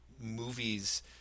movies